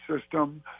system